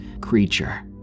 creature